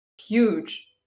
Huge